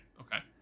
okay